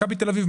מכבי תל אביב,